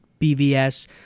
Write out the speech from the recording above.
bvs